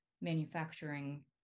manufacturing